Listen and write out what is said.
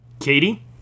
Katie